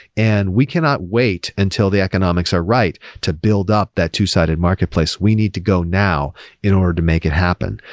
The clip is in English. and we cannot wait until the economics are right to build up that two-sided marketplace. we need to go now in order to make it happen,